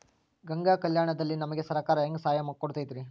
ಗಂಗಾ ಕಲ್ಯಾಣ ದಲ್ಲಿ ನಮಗೆ ಸರಕಾರ ಹೆಂಗ್ ಸಹಾಯ ಕೊಡುತೈತ್ರಿ?